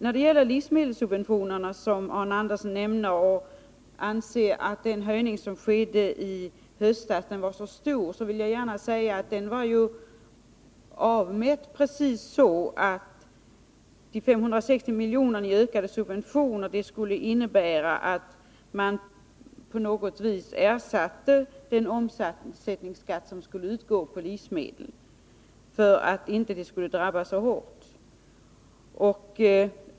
När det gäller livsmedelssubventionerna ansåg Arne Andersson att den höjning som skedde i höstas var mycket stor. Jag vill säga att den var avmätt precis så att de 560 miljonerna i subventionsökningar skulle innebära ett slags kompensation för den omsättningsskatt som skulle uttas på baslivsmedel så att denna inte skulle drabba så hårt.